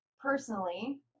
personally